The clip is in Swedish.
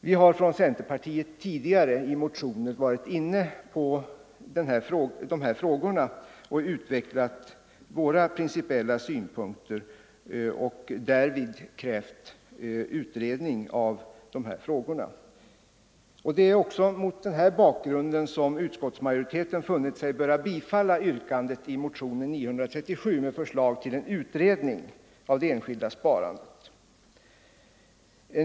Vi har från centerpartiet tidigare i motioner varit inne på dessa frågor och därvid utvecklat våra principiella ståndpunkter samt krävt utredning av dessa frågor. Det är mot denna bakgrund som utskottsmajoriteten funnit sig böra biträda yrkandet i motionen 937 med förslag till en utredning av det enskilda sparandet.